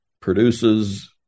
produces